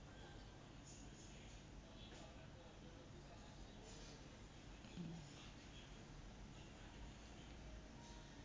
mm